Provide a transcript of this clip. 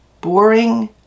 boring